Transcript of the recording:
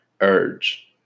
urge